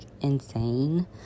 insane